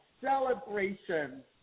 celebration